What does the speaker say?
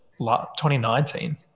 2019